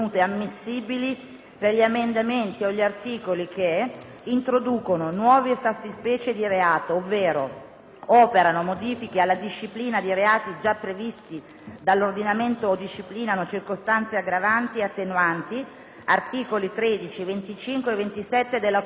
per gli emendamenti o gli articoli che introducono nuove fattispecie di reato ovvero operano modifiche alla disciplina di reati già previsti dall'ordinamento o disciplinano circostanze aggravanti o attenuanti (articoli 13, 25 e 27 della Costituzione);